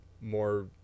more